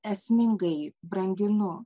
esmingai branginu